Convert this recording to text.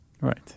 Right